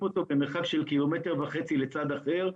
אותו במרחק של קילומטר וחצי לצד אחר,